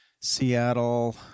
Seattle